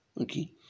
Okay